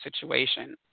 situation